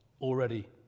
already